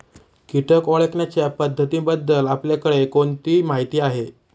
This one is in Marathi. कीटक ओळखण्याच्या पद्धतींबद्दल आपल्याकडे कोणती माहिती आहे?